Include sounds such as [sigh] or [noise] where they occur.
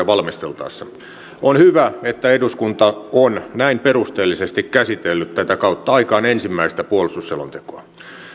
[unintelligible] valmisteltaessa on hyvä että eduskunta on näin perusteellisesti käsitellyt tätä kautta aikain ensimmäistä puolustusselontekoa